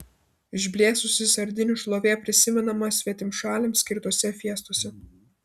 išblėsusi sardinių šlovė prisimenama svetimšaliams skirtose fiestose